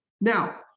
Now